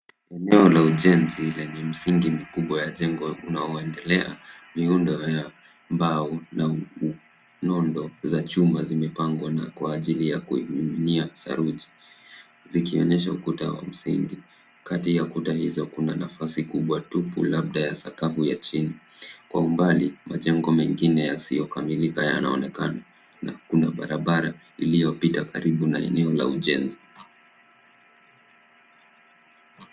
Eneo la ujenzi lenye msingi mkubwa wa jengo unaoendelea, miundo ya mbao na nondo za chuma zimepangwa kwa ajili ya kumiminia saruji zikionyesha ukuta wa msingi. Kati ya kuta hizo, kuna nafasi kubwa tupu labda ya sakafu ya chini. Kwa umbali, majengo mengine yasiyokamilika yanaonekana na kuna barabara iliyopita karibu na eneo la ujenzi.